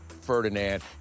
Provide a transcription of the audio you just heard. Ferdinand